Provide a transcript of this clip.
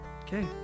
Okay